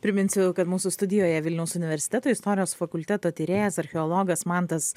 priminsiu kad mūsų studijoje vilniaus universiteto istorijos fakulteto tyrėjas archeologas mantas